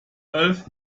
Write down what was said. elf